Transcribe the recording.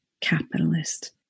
capitalist